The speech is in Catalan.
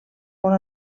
molt